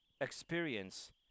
experience